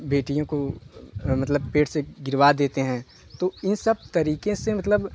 बेटियों को यह मतलब पेट से गिरवा देते हैं तो इन सब तरीके से मतलब